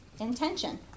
intention